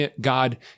God